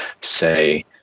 say